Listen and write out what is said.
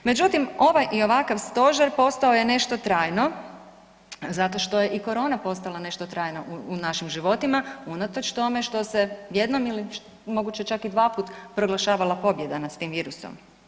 Međutim, ovaj i ovakav stožer postao je nešto trajno zato što je i korona postala nešto trajno u našim životima, unatoč tome što se jednom ili moguće čak i dva put proglašavala pobjeda nad tim virusom.